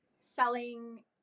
selling